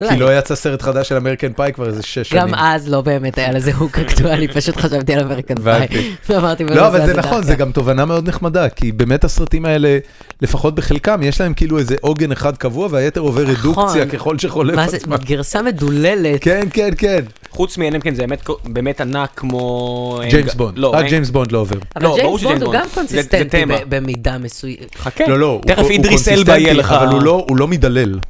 כי לא יצא סרט חדש של אמריקן פאי כבר איזה 6 שנים. גם אז לא באמת, היה לזה הוק אקטואלי, פשוט חשבתי על אמריקן פאי. לא, אבל זה נכון, זה גם תובנה מאוד נחמדה, כי באמת הסרטים האלה, לפחות בחלקם, יש להם כאילו איזה עוגן אחד קבוע, והיתר עובר רדוקציה ככל שחולף עצמן. גרסה מדוללת. כן, כן, כן. חוץ מהם זה באמת ענק כמו... ג'יימס בונד, עד ג'יימס בונד לא עובר. אבל ג'יימס בונד הוא גם קונסיסטנטי במידה מסוימת. חכה. לא, לא, הוא קונסיסטנטי, אבל הוא לא מידלל.